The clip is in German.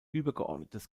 übergeordnetes